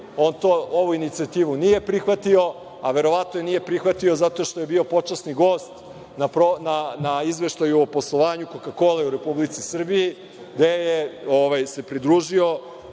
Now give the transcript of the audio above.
on ovu inicijativu nije prihvatio, a verovatno je nije prihvatio zato što je bio počasni gost na izveštaju o poslovanju „Koka-kole“ u Republici Srbiji, gde se pridružio